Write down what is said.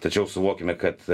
tačiau suvokiame kad